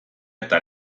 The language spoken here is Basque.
eta